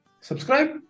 subscribe